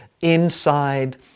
inside